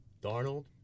Darnold